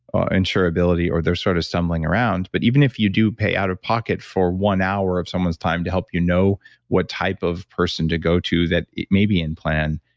ah insurability, or they're sort of stumbling around. but even if you do pay out of pocket for one hour of someone's time, to help you know what type of person to go to, that may be in plan.